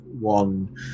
one